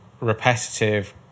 repetitive